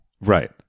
right